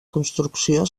construcció